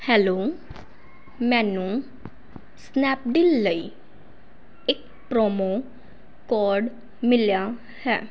hello ਮੈਨੂੰ Snapdeal ਲਈ ਇੱਕ ਪ੍ਰੋਮੋ ਕੋਡ ਮਿਲਿਆ ਹੈ